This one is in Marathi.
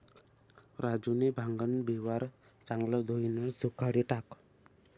राजूनी भांगन बिवारं चांगलं धोयीन सुखाडी टाकं